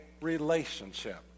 relationship